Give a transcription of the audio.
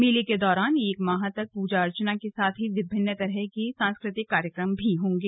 मेले के दौरान एक माह तक पूजा अर्चना के साथ ही विभिन्न तरह के सांस्कृतिक कार्यक्रम भी होंगे